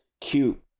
cute